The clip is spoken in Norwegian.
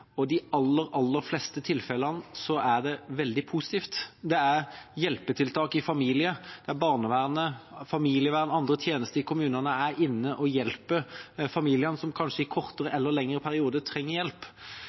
og i de aller fleste tilfellene er det veldig positivt. Det gjelder familier der barnevern, familievern og andre tjenester i kommunene er inne og hjelper familiene som kanskje i kortere eller lengre perioder trenger hjelp.